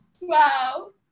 wow